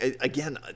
Again